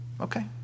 Okay